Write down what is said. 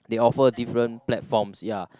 they offer different platforms ya